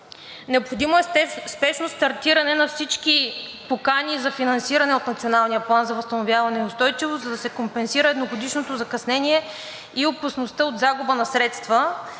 Необходимо е спешно стартиране на всички покани за финансиране от Националния план за възстановяване и устойчивост, за да се компенсира едногодишното закъснение и опасността от загуба на средства.